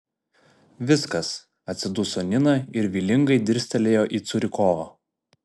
viskas atsiduso nina ir vylingai dirstelėjo į curikovą